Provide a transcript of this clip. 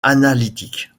analytique